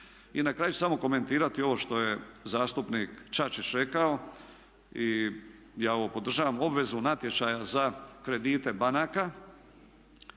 I na kraju samo ću komentirati ovo što je zastupnik Čačić rekao i ja ovo podržavam obvezu natječaja za kredite banaka.